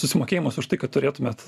susimokėjimas už tai kad turėtumėt